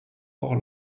hors